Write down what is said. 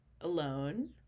alone